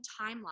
timeline